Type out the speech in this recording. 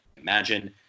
imagine